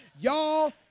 Y'all